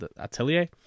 Atelier